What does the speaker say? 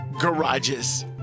garages